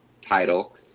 title